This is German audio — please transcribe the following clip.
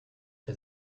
der